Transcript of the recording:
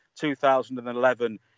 2011